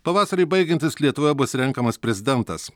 pavasariui baigiantis lietuvoje bus renkamas prezidentas